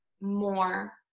more